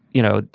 you know,